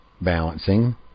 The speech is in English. balancing